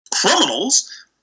criminals